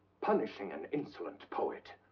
punishing an insolent poet.